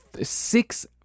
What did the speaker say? six